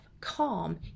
calm